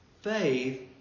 Faith